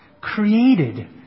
created